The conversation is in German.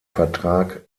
vertrag